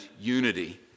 unity